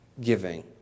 giving